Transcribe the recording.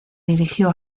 dirigió